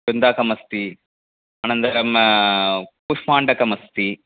वृन्ताकमस्ति अनन्तरम् कूष्माण्डकमस्ति